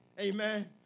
Amen